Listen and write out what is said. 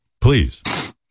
please